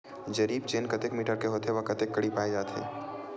जरीब चेन कतेक मीटर के होथे व कतेक कडी पाए जाथे?